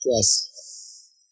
Yes